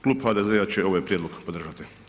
Klub HDZ-a će ovaj prijedlog podržati.